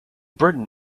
britain